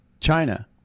China